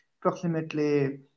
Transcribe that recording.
approximately